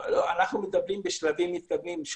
אנחנו מדברים על שלבים מתקדמים.